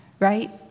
Right